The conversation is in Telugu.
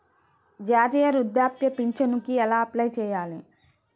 జాతీయ వృద్ధాప్య పింఛనుకి ఎలా అప్లై చేయాలి?